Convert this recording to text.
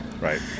Right